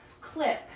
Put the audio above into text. clip